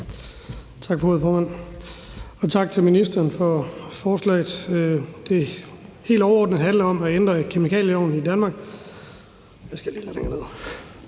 Tak for ordet, formand, og tak til ministeren for forslaget. Helt overordnet handler det om at ændre kemikalieloven i Danmark,